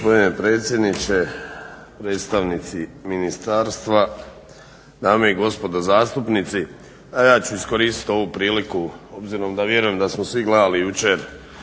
predsjedniče, predstavnici ministarstva, dame i gospodo zastupnici. Ja ću iskoristiti ovu priliku obzirom da vjerujem da smo svi gledali jučer